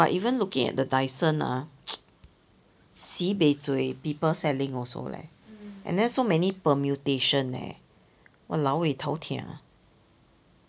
but even looking at the Dyson ah sibei zuay people selling also leh and then so many permutation eh !walao! eh tao tia